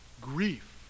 Grief